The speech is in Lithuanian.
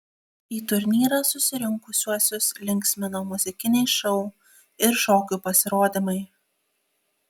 į turnyrą susirinkusiuosius linksmino muzikiniai šou ir šokių pasirodymai